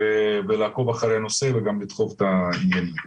ולעקוב אחרי הנושא וגם לדחוף את העניינים.